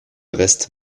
reste